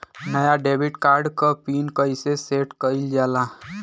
नया debit card क PIN कईसे सेट कईल जाला?